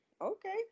okay